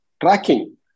Tracking